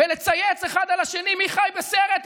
בלצייץ אחד על השני מי חי בסרט.